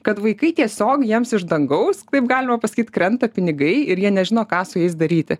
kad vaikai tiesiog jiems iš dangaus taip galima pasakyt krenta pinigai ir jie nežino ką su jais daryti